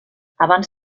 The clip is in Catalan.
abans